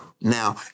Now